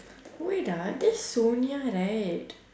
wait ah that's sonia right